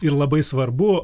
ir labai svarbu